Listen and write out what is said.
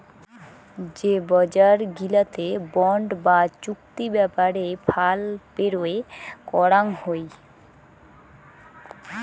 যে বজার গিলাতে বন্ড বা চুক্তি ব্যাপারে ফাল পেরোয় করাং হই